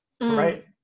right